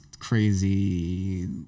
Crazy